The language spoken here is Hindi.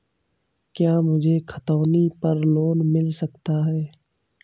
क्या मुझे खतौनी पर लोन मिल सकता है?